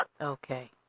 Okay